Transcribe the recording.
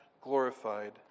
glorified